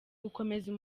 gukomeza